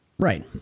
Right